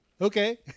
Okay